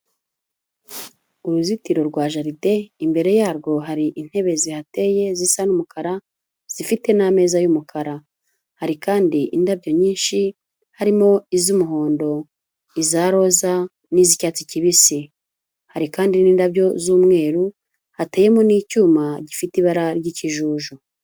Uruzitiro rwa jaride imbere yarwo hari intebe zihateye zisa n'umukara zifite n'ameza y'umukara, hari kandi indabyo nyinshi: harimo iz'umuhondo, iza roza, n'iz'icyatsi kibisi, hari kandi n'indabyo z'umweru, hateyemo n'icyuma gifite ibara ry'ikijuju.